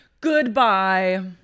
Goodbye